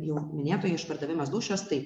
jau minėtoje išpardavimas dūšios taip